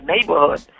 neighborhood